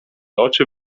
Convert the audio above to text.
oczy